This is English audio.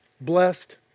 blessed